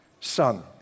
son